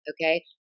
okay